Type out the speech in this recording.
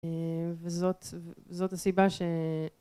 וזאת..זאת הסיבה ש...